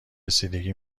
رسیدگی